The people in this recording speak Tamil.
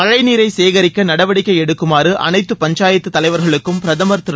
மழை நீரை சேகரிக்க நடவடிக்கை எடுக்குமாறு அனைத்து பஞ்சாயத்துத் தலைவர்களுக்கும் பிரதமர் திரு